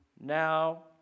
now